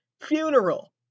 Funeral